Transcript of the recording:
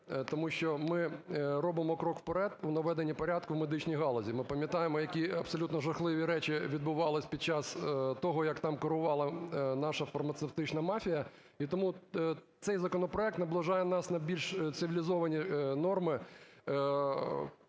тому що ми робимо крок вперед у наведенні порядку в медичній галузі. Ми пам'ятаємо, які абсолютно жахливі речі відбувались під час того, як там керувала наша фармацевтична мафія, і тому цей законопроект наближає нас на більш цивілізовані норми